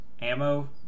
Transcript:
ammo